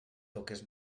toques